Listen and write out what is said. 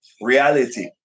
reality